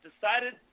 decided